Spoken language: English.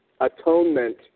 atonement